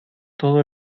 todo